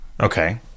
okay